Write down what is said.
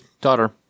daughter